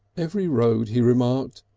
every road he remarked,